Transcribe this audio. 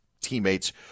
teammates